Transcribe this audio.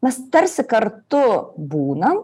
mes tarsi kartu būnam